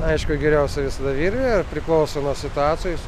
aišku geriausia visada virvė ir priklauso nuo situacijos